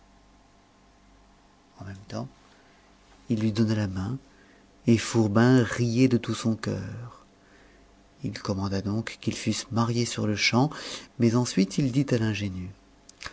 en même temps il lui donna la main et fourbin riait de tout son cœur il commanda donc qu'ils fussent mariés sur-le-champ mais ensuite il dit à